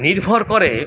নির্ভর করে